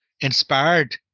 inspired